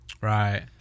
Right